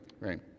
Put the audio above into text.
right